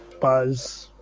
Buzz